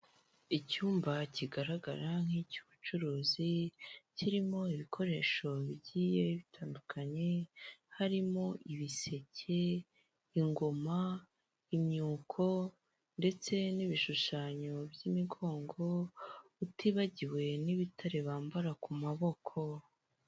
Icyumba kigaragara nk'icy'ubucuruzi, kirimo ibikoresho bigiye bitandukanye, harimo ibiseke, ingoma, imyuko, ndetse n'ibishushanyo by'imigongo, utibagiwe n'ibitare bambara ku maboko.